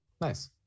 nice